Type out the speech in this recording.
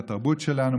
מהתרבות שלנו,